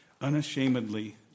Unashamedly